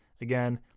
Again